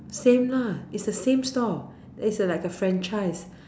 same lah is the same store is a like a Franchise